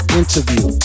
interview